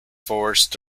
forced